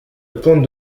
pointe